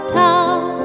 town